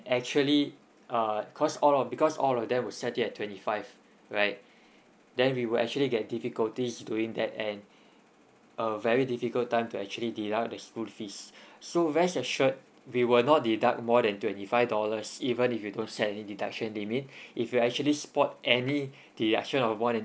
actually err because all of because all of them will set it at twenty five right then we will actually get difficulties doing that and a very difficult time to actually deduct the school fees so rest assured we will not deduct more than twenty five dollars even if you don't set any deduction limit if you actually spot any deduction of more than